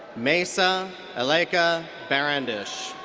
maysa eleka barandish.